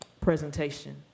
presentation